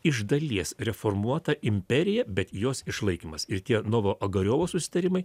iš dalies reformuota imperija bet jos išlaikymas ir tie novo agariovos susitarimai